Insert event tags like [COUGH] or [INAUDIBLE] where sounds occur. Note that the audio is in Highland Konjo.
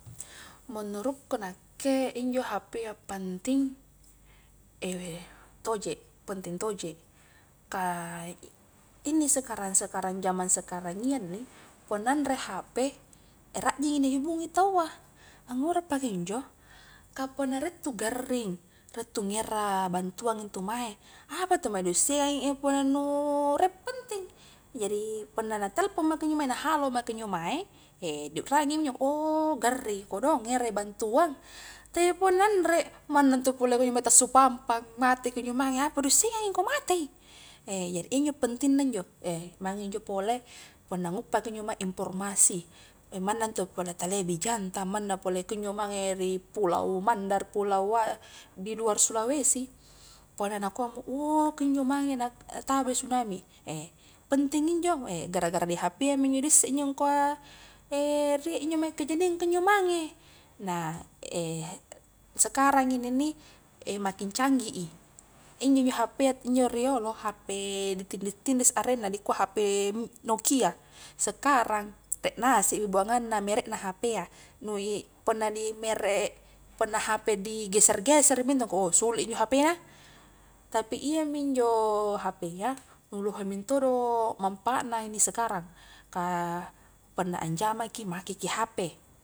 Menurutku nakke injo hp a panting, [HESITATION] toje, penting toje, kah inni sekarang-sekarang jaman sekarang iya inni, punna anre hp [HESITATION] rajjingi dihubungi taua, angura pakinjo, kah punna rie tuu garring, rie tu ngera bantuan intu mae. apantu di issengangi punna nu rie penting, jari punna natelpomma kinjo mange na haloma kinjo mae [HESITATION] di urrangimi ngkua oh garringi kodong, ngerai bantuan, te punna anre manna ntu pole [UNINTELLIGIBLE] tasumpampang mate kunjo mage apa dissengangi ngkua matei, [HESITATION] jdi injo pentingna njo, [HESITATION] maing injo pole punna nguppaki informasi, manna ntu pole tania bijanta, manna pole kunjo mange ri pulau mandar, pulau [HESITATION] diluar sulawesi punna nakua oh kunjo mange natabai tsunami, eh penting injo, eh gara-gara di hp a mi inne disse injo ngkua [HESITATION] rie njo kejadian kunjo mange, nah [HESITATION] sekarang inne inni [HESITATION] main canggih i, injo njo hp a injo riolo, hp ditindis tindis arenna dikua hp nokia, sekarang rie ngase mi buanganna merekna hp a, nu i punna merek punna hp di geser-gesermi intu kua oh suli injo hpna, tapi iyami injo hp a nu lohe mintodo manpaatna inni sekarang kah punna anjamaki makeki hp.